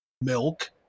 milk